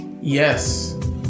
yes